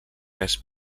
res